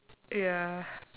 ya